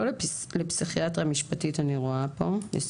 לא, לפסיכיאטריה משפטית אני רואה פה.